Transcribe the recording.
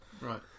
Right